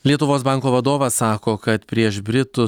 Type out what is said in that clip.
lietuvos banko vadovas sako kad prieš britų